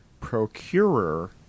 procurer